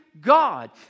God